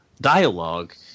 dialogue